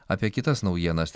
apie kitas naujienas